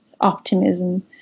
optimism